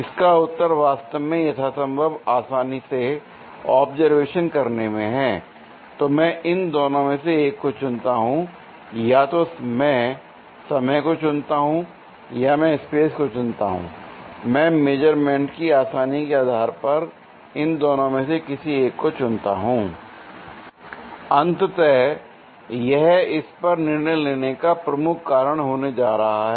इसका उत्तर वास्तव में यथासंभव आसानी से ऑब्जर्वेशंस करने में हैं l तो मैं इन दोनों में से एक को चुनता हूं या तो मैं समय को चुनता हूं या मैं स्पेस को चुनता हूं मैं मेजरमेंटस की आसानी के आधार पर इन दोनों में से किसी एक को चुनता हूं l अंततः यह इस पर निर्णय लेने का प्रमुख कारण होने जा रहा है